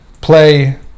play